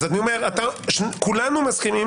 כולנו מסכימים